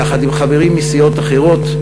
יחד עם חברים מסיעות אחרות,